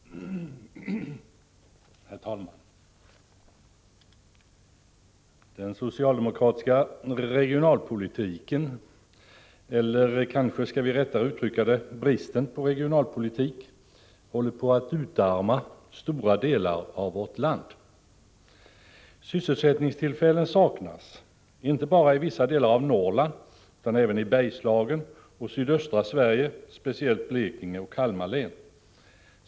Herr talman! Den socialdemokratiska regionalpolitiken — eller kanske rättare uttryckt bristen på regionalpolitik — håller på att utarma stora delar av vårt land. Sysselsättningstillfällen saknas inte bara i vissa delar av Norrland, utan även i Bergslagen och i sydöstra Sverige — speciellt Blekinge och Kalmar län.